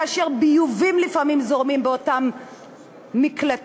כאשר ביובים לפעמים זורמים באותם מקלטים.